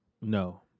No